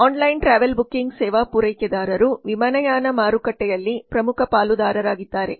online travel booking ಸೇವಾ ಪೂರೈಕೆದಾರರು ವಿಮಾನಯಾನ ಮಾರುಕಟ್ಟೆಯಲ್ಲಿ ಪ್ರಮುಖ ಪಾಲುದಾರರಾಗಿದ್ದಾರೆ